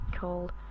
called